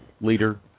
leader